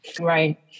Right